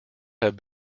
have